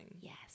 yes